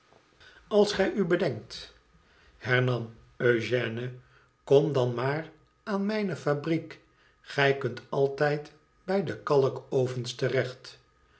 als g u bedenkt hernam eugène ikom dan maar aan mijne fabriek gij kunt altijd bij de kalkovens